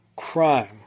Crime